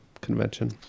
convention